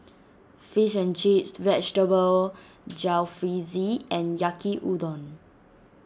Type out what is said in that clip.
Fish and Chips Vegetable Jalfrezi and Yaki Udon